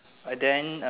but then uh